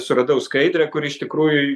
suradau skaidrę kur iš tikrųjų